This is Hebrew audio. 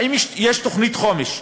האם יש תוכנית חומש?